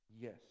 Yes